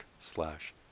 slash